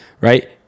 right